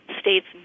states